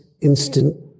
instant